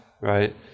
right